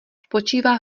spočívá